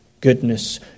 goodness